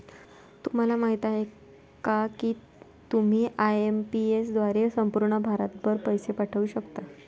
तुम्हाला माहिती आहे का की तुम्ही आय.एम.पी.एस द्वारे संपूर्ण भारतभर पैसे पाठवू शकता